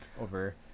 over